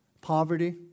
Poverty